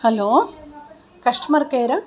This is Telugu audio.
hello customer కేరా